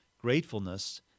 Gratefulness